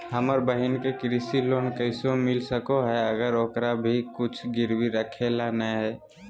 हमर बहिन के कृषि लोन कइसे मिल सको हइ, अगर ओकरा भीर कुछ गिरवी रखे ला नै हइ?